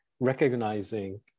recognizing